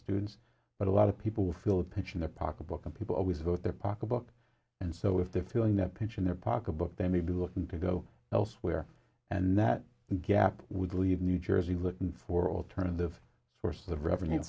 students but a lot of people feel the pinch in their pocketbook and people always vote their pocketbook and so if they're feeling that pinch in their pocketbook they may be looking to go elsewhere and that gap would leave new jersey looking for alternative sources of revenue